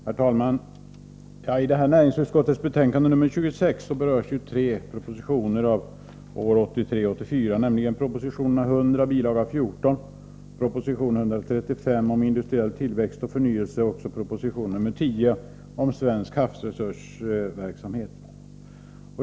Herr talman! I näringsutskottets betänkande nr 26 berörs tre propositioner från 1983/84, nämligen proposition 100, bilaga 14, proposition 135 om industriell tillväxt och förnyelse samt proposition 10 om svensk havsresursverksamhet.